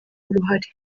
uruhare